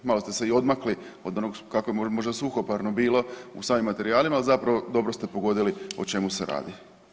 Malo ste se i odmakli od onog kako je možda suhoparno bilo u samim materijalima, ali zapravo dobro ste pogodili o čemu se radi.